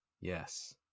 Yes